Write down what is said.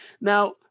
Now